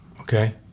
Okay